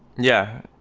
yeah.